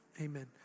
Amen